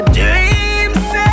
dreams